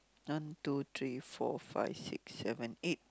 one two three four five six seven eight